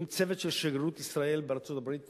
עם צוות של שגרירות ישראל בארצות-הברית